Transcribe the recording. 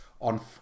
on